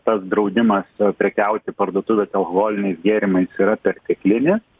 tas draudimas prekiauti parduotuvėse alkoholiniais gėrimai yra perteklinis